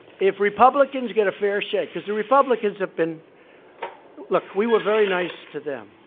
if republicans get a fair shake because the republicans have been look, we were very nice to them.